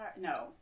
no